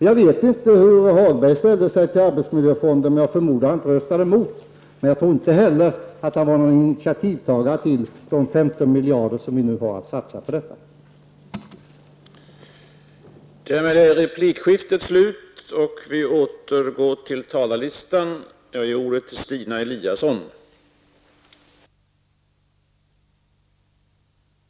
Jag vet inte hur Lars-Ove Hagberg ställde sig till arbetsmiljöfonden, men jag förmodar att han inte röstade emot den. Men jag tror inte heller att han var initiativtagare till att vi nu kan satsa 15 miljarder på detta område.